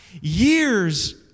years